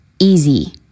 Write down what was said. easy